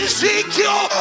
Ezekiel